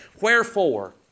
Wherefore